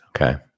Okay